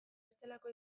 bestelako